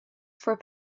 for